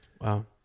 wow